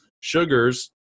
sugars